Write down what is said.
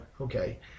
Okay